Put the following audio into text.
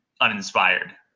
uninspired